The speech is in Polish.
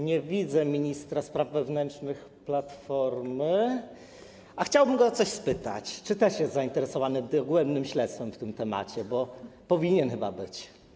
Nie widzę ministra spraw wewnętrznych Platformy, a chciałbym go spytać, czy też jest zainteresowany dogłębnym śledztwem w tym temacie, bo powinien chyba być.